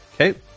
Okay